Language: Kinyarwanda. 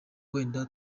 wenda